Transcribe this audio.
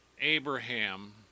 Abraham